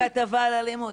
כן,